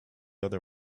other